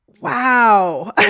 wow